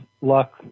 luck